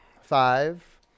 Five